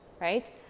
Right